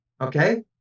okay